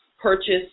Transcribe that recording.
purchase